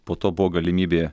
po to buvo galimybė